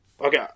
okay